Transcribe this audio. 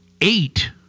eight